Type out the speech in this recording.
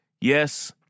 Yes